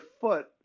foot